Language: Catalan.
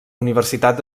universitat